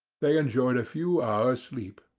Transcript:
they enjoyed a few hours' sleep.